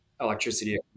electricity